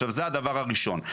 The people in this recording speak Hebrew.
עכשיו, זה הדבר השני.